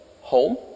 home